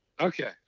Okay